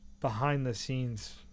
Behind-the-scenes